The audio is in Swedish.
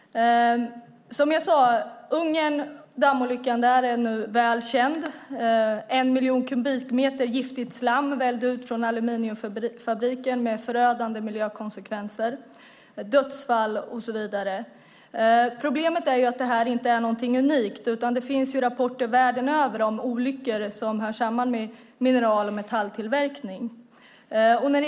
Dammolyckan i Ungern är väl känd. En miljon kubikmeter giftigt slam vällde ut från aluminiumfabriken med förödande miljökonsekvenser, dödsfall och så vidare som följd. Problemet är att detta inte är någonting unikt. Det finns rapporter världen över om olyckor som hör samman med mineral och metalltillverkning.